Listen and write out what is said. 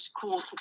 cool